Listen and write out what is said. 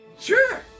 Sure